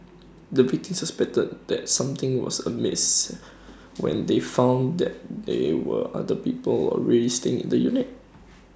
the victims suspected that something was amiss when they found that they were other people already staying in the unit